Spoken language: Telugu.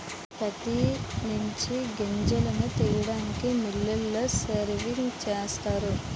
ప్రత్తి నుంచి గింజలను తీయడానికి మిల్లులలో స్పిన్నింగ్ చేస్తారు